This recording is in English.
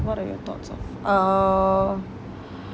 what are your thoughts of err